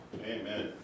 Amen